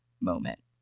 moment